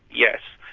yes.